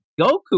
Goku